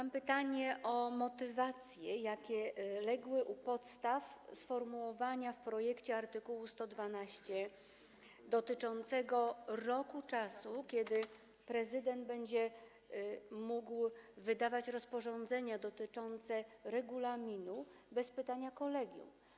Mam pytanie o motywacje, jakie legły u podstaw sformułowania w projekcie art. 112 dotyczącego roku czasu, kiedy prezydent będzie mógł wydawać rozporządzenia dotyczące regulaminu bez pytania kolegium.